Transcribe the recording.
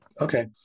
Okay